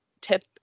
tip